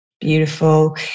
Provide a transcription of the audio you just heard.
Beautiful